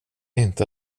inte